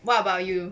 what about you